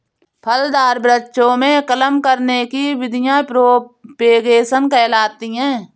फलदार वृक्षों में कलम करने की विधियां प्रोपेगेशन कहलाती हैं